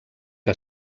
que